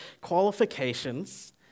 qualifications